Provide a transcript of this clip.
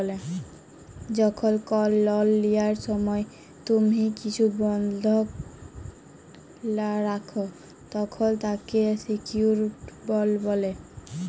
যখল কল লল লিয়ার সময় তুম্হি কিছু বল্ধক রাখ, তখল তাকে সিকিউরড লল ব্যলে